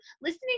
listening